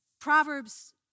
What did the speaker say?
Proverbs